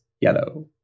yellow